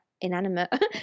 inanimate